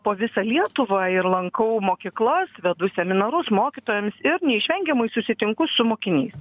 po visą lietuvą ir lankau mokyklas vedu seminarus mokytojams ir neišvengiamai susitinku su mokiniais